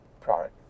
product